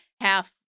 half